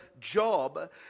job